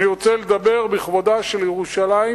אני רוצה לדבר בכבודה של ירושלים,